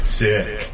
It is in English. sick